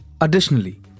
Additionally